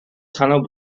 tunnel